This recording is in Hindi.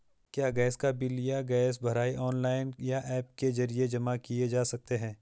क्या गैस का बिल या गैस भराई ऑनलाइन या ऐप के जरिये जमा किये जा सकते हैं?